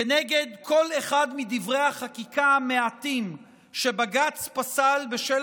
כנגד כל אחד מדברי החקיקה המעטים שבג"ץ פסל בשל